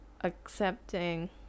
accepting